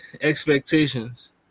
expectations